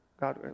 God